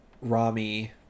Rami